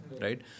right